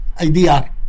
Idea